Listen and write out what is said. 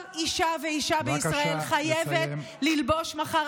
כל אישה ואישה בישראל חייבת ללבוש מחר